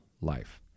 life